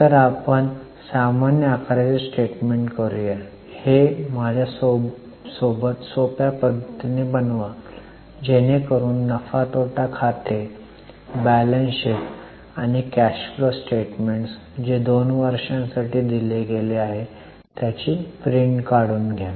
तर आपण सामान्य आकाराचे स्टेटमेंट करूया हे माझ्या सोबत सोप्या पद्धतीने बनवा जेणेकरून नफा तोटा खाते बॅलन्स शीट आणि कॅश फ्लो स्टेटमेंट्स जे 2 वर्षांसाठी दिले गेले आहे त्याचा प्रिंट काढून घ्या